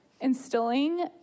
instilling